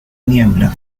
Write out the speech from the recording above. niebla